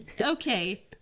okay